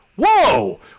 Whoa